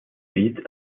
feet